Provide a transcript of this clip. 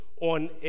on